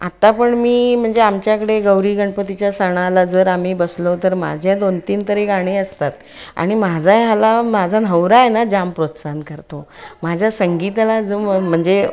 आता पण मी म्हणजे आमच्याकडे गौरी गणपतीच्या सणाला जर आम्ही बसलो तर माझ्या दोन तीन तरी गाणी असतात आणि माझा ह्याला माझा नवरा आहे ना जाम प्रोत्साहन करतो माझ्या संगीताला जो म्हणजे